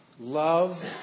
love